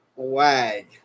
wag